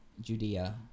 Judea